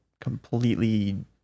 completely